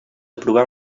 aprovar